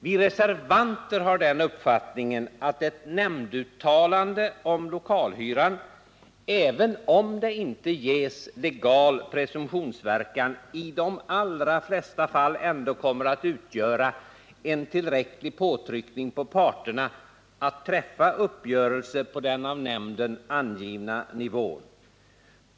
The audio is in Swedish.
Vi reservanter har den uppfattningen att ett nämnduttalande om lokalhyran, även om det inte ges legal presumtionsverkan, i de allra flesta fall ändå kommer att utgöra en tillräcklig påtryckning på parterna att träffa uppgörelse på den av nämnden angivna nivån.